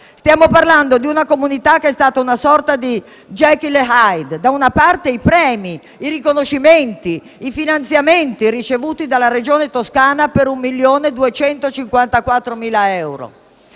Stiamo parlando di una comunità che è stata una sorta di Jekyll e Hyde, da una parte i premi, i riconoscimenti, i finanziamenti ricevuti dalla Regione Toscana per 1,254